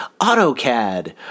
AutoCAD